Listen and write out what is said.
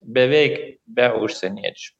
beveik be užsieniečių